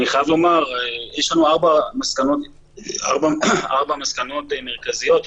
יש לנו ארבע מסקנות מרכזיות.